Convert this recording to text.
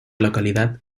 localidad